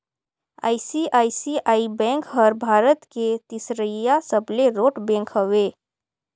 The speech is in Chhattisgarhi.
आई.सी.आई.सी.आई बेंक हर भारत के तीसरईया सबले रोट बेंक हवे